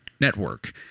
Network